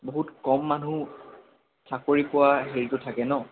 বহুত কম মানুহ চাকৰি পোৱা হেৰিটো থাকে ন